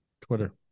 Twitter